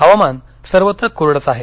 हवामान सर्वत्र कोरडंच आहे